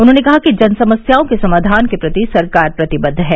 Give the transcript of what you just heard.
उन्होंने कहा कि जन समस्याओं के समाधान के प्रति सरकार प्रतिबद्ध है